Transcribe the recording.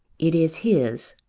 it is his,